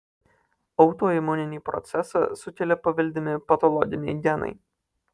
autoimuninį procesą sukelia paveldimi patologiniai genai